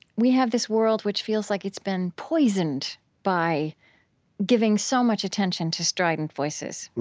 we have this world which feels like it's been poisoned by giving so much attention to strident voices,